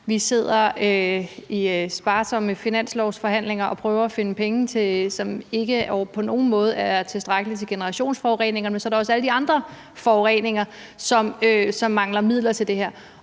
Vi sidder i sparsomme finanslovsforhandlinger og prøver at finde penge, som ikke på nogen måde er tilstrækkelige, til generationsforureningerne, og så er der også alle de andre forureninger, hvor der mangler midler. Det er